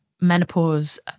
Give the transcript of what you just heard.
menopause